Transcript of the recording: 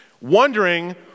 wondering